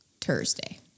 Thursday